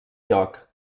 lloc